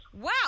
Wow